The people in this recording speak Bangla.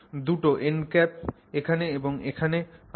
দুটো এন্ড ক্যাপ এখানে এবং এখানে আসে